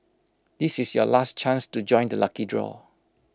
this is your last chance to join the lucky draw